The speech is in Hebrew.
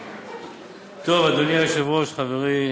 לא, החוק הזה עכשיו.